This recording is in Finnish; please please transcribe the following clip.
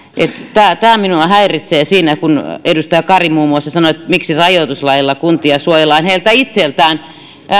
tämä tämä minua häiritsee siinä kun edustaja kari muun muassa kysyi miksi rajoituslailla kuntia suojellaan heiltä itseltään